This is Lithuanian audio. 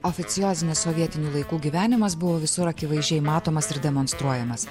oficiozinio sovietinių laikų gyvenimas buvo visur akivaizdžiai matomas ir demonstruojamas